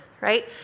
right